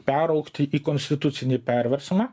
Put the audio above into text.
peraugti į konstitucinį perversmą